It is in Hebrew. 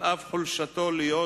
על אף חולשתו, להיות